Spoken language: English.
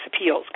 appeals